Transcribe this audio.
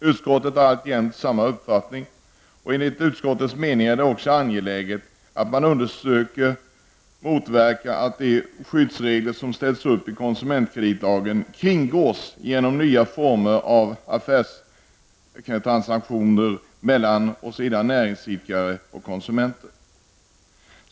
Utskottet har alltjämt samma uppfattning, och enligt utskottets mening är det också angeläget att man försöker motverka att de skyddsregler som ställs upp i konsumentkreditlagen kringgås genom nya former av affärstransaktioner mellan näringsidkare och konsumenter.